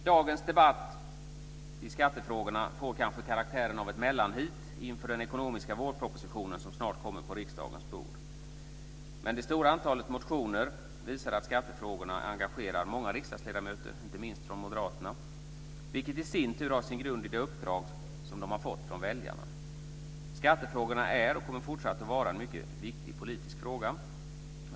Dagens debatt i skattefrågorna får kanske karaktären av mellanheat inför den ekonomiska vårproposition som snart kommer på riksdagens bord. Men det stora antalet motioner visar att skattefrågorna engagerar många riksdagsledamöter, inte minst från Moderaterna. Detta har i sin tur sin grund i det uppdrag som de har fått från väljarna. Skattefrågorna är och kommer fortsatt att vara en mycket viktig politisk fråga.